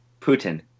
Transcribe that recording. Putin